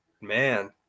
man